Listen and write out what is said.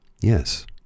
Yes